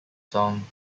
song